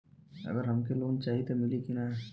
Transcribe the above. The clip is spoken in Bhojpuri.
अगर हमके लोन चाही त मिली की ना?